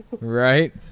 Right